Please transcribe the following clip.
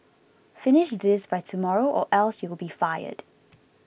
finish this by tomorrow or else you'll be fired